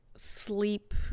Sleep